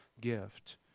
gift